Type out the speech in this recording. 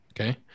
Okay